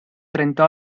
trenta